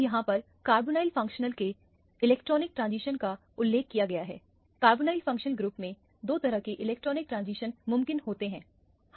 अब यहां पर कार्बोनाइल ग्रुप के इलेक्ट्रॉनिक ट्रांजिशन का उल्लेख किया गया है कार्बोनाइल फंक्शनल ग्रुप में दो तरह के इलेक्ट्रॉनिक ट्रांजिशन मुमकिन होते हैं